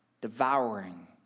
devouring